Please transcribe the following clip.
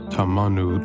Tamanu